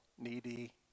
needy